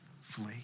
flee